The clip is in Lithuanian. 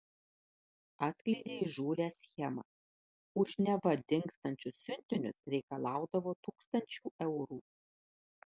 atskleidė įžūlią schemą už neva dingstančius siuntinius reikalaudavo tūkstančių eurų